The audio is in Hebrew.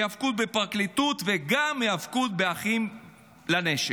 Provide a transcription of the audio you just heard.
ההיאבקות בפרקליטות וגם היאבקות באחים לנשק.